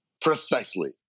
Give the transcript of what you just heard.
Precisely